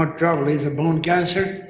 um trouble is a bone cancer.